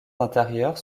intérieurs